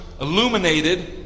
illuminated